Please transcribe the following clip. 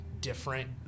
different